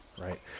Right